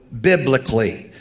biblically